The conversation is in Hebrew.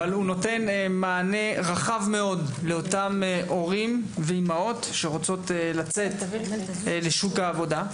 אבל הוא נותן מענה רחב מאוד לאותם הורים שרוצים לצאת לשוק העבודה,